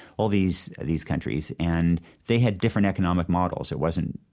all these these countries. and they had different economic models. it wasn't,